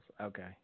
Okay